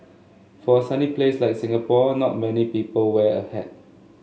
for a sunny place like Singapore not many people wear a hat